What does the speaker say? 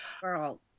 girl